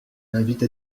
l’invite